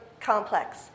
complex